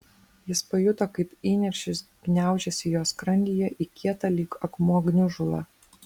jis pajuto kaip įniršis gniaužiasi jo skrandyje į kietą lyg akmuo gniužulą